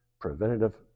preventative